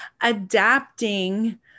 adapting